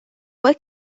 what